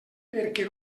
perquè